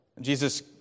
Jesus